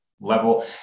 level